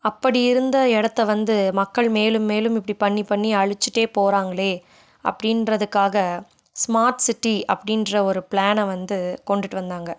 அப்படி இருந்த இடத்த வந்து மக்கள் மேலும் மேலும் இப்படி பண்ணி பண்ணி அழிச்சிகிட்டே போகிறாங்களே அப்படின்றதுக்காக ஸ்மார்ட் சிட்டி அப்படின்ற ஒரு பிளானை வந்து கொண்டுகிட்டு வந்தாங்கள்